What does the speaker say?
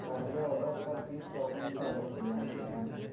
پہلے آڈر پر بیس پرسینٹ کا دستیاب کوپن ہے